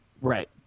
right